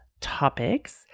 topics